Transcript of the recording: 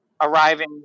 Arriving